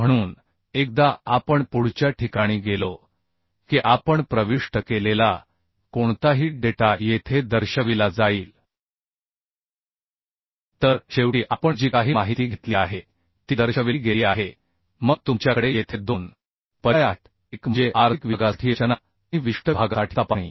म्हणून एकदा आपण पुढच्या ठिकाणी गेलो की आपण प्रविष्ट केलेला कोणताही डेटा येथे दर्शविला जाईल तर शेवटी आपण जी काही माहिती घेतली आहे ती दर्शविली गेली आहे मग तुमच्याकडे येथे दोन पर्याय आहेत एक म्हणजे आर्थिक विभागासाठी रचना आणि विशिष्ट विभागासाठी तपासणी